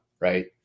right